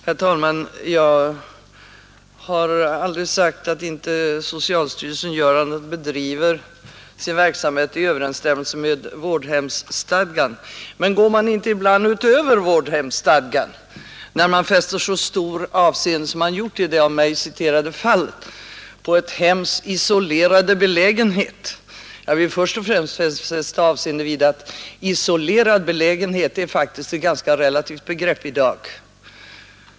Herr talman! Jag har aldrig sagt att socialstyrelsen inte bedriver sin verksamhet i överensstämmelse med vårdhemsstadgan. Men går man inte ibland utöver vårdhemsstadgan, när man fäster så stort avseende vid ett hems isolerade belägenhet som man gjort i det av mig citerade fallet? Jag vill först och främst fästa avseende vid att ”isolerad belägenhet” faktiskt är ett ganska relativt begrepp i dag.